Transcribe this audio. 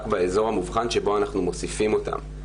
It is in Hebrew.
באזור המובחן שבו אנחנו מוסיפים אותם,